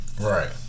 right